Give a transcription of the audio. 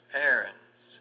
parents